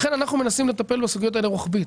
לכן אנחנו מנסים לטפל בסוגיות האלה רוחבית.